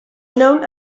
known